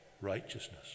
righteousness